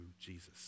Jesus